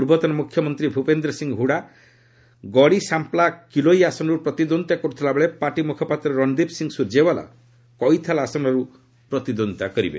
ପୂର୍ବତନ ମୁଖ୍ୟମନ୍ତ୍ରୀ ଭୂପେନ୍ଦ୍ର ସିଂ ହୁଡ଼ା ଗଡ଼ି ସାମ୍ପ୍ଲା କିଲୋଇ ଆସନରୁ ପ୍ରତିଦ୍ୱନ୍ଦିତା କରୁଥିଲାବେଳେ ପାର୍ଟି ମୁଖପାତ୍ର ରନ୍ଦୀପ୍ ସିଂ ସ୍ୱର୍ଜେଓ୍ବାଲା କଇଥାଲ୍ ଆସନରୁ ପ୍ରତିଦ୍ୱନ୍ଦ୍ୱିତା କରିବେ